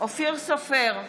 אופיר סופר,